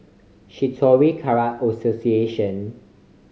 Shitoryu Karate Association